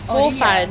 oh really ah